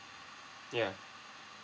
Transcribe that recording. ya